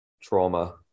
trauma